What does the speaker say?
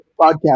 podcast